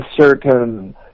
certain